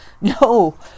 no